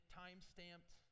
time-stamped